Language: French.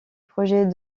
projet